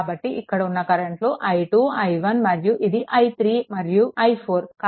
కాబట్టి ఇక్కడ ఉన్న కరెంట్లు i2 i1 మరియు ఇది i3 మరియు i4